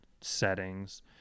settings